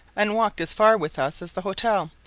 and walked as far with us as the hotel,